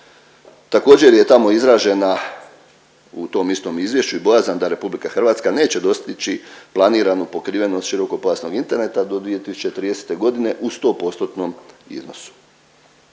Također je tamo izražena, u tom istom izvješću i bojazan da RH neće dostići planiranu pokrivenost širokopojasnog interneta do 2030.g. u 100%-tnom iznosu.